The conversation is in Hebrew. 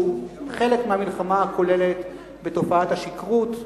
הוא חלק מהמלחמה הכוללת בתופעת השכרות.